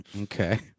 Okay